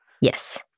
Yes